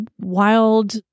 wild